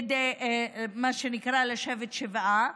מה שנקרא לשבת שבעה,